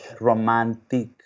romantic